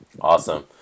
Awesome